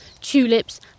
tulips